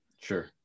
Sure